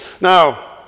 Now